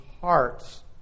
hearts